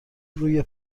روی